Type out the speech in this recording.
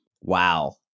Wow